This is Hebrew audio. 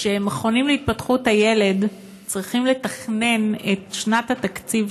כשמכונים להתפתחות הילד צריכים לתכנן את שנת התקציב